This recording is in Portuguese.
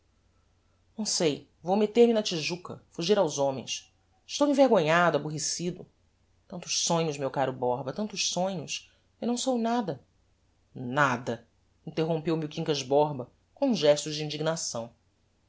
não sei vou metter me na tijuca fugir aos homens estou envergonhado aborrecido tantos sonhos meu caro borba tantos sonhos e não sou nada nada interrompeu me o quincas borba com um gesto de indignação